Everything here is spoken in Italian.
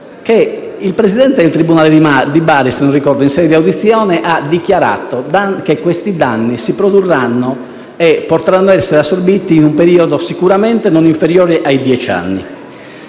Il presidente del tribunale di Bari, in sede di audizione, ha dichiarato che i danni che si produrranno potranno essere assorbiti in un periodo sicuramente non inferiore ai dieci anni.